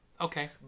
okay